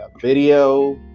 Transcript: video